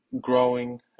growing